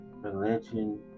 Religion